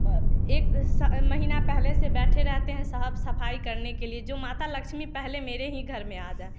एक महीना पहले से बैठे रहते हैं साफ सफाई करने के लिए जो माता लक्ष्मी पहले मेरे ही घर में आ जाएँ